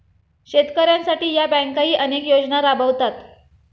शेतकऱ्यांसाठी या बँकाही अनेक योजना राबवतात